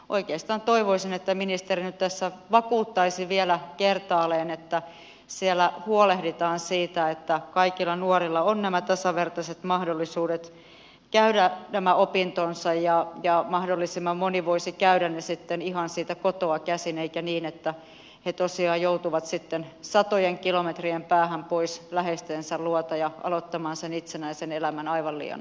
oikeastaan toivoisin että ministeri nyt tässä vakuuttaisi vielä kertaalleen että siellä huolehditaan siitä että kaikilla nuorilla on nämä tasavertaiset mahdollisuudet käydä nämä opintonsa ja mahdollisimman moni voisi käydä ne sitten ihan siitä kotoa käsin eikä niin että he tosiaan joutuvat sitten satojen kilometrien päähän pois läheistensä luota ja aloittamaan sen itsenäisen elämän aivan liian aikaisin